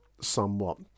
somewhat